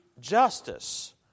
justice